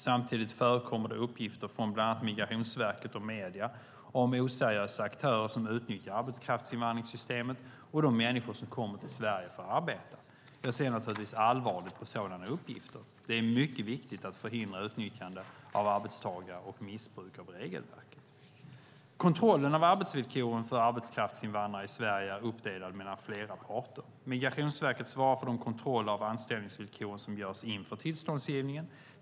Samtidigt förekommer det uppgifter från bland annat Migrationsverket och medierna om oseriösa aktörer som utnyttjar arbetskraftsinvandringssystemet och de människor som kommer till Sverige för att arbeta. Jag ser naturligtvis allvarligt på sådana uppgifter. Det är mycket viktigt att förhindra utnyttjande av arbetstagare och missbruk av regelverket. Kontrollen av arbetsvillkoren för arbetskraftsinvandrare i Sverige är uppdelad mellan flera parter. Migrationsverket svarar för de kontroller av anställningsvillkoren som görs inför tillståndsgivningen.